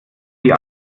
die